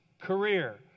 career